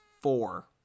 four